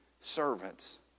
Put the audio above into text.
servants